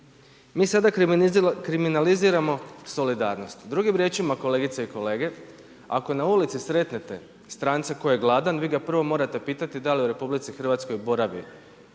Mi sada kriminaliziramo solidarnost. Drugim riječima, kolegice i kolege, ako na ulici sretnete stranca koji je gladan, vi ga prvo morate pitati da li je u RH boravio